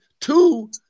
two